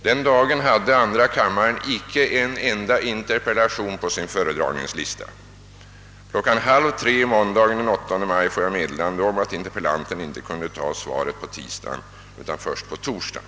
Den dagen hade andra kammaren inte en enda interpellation på sin föredragningslista. Klockan halv 3 måndagen den 8 maj får jag meddelande om att interpellanten inte kunde ta svaret på tisdagen utan först på torsdagen.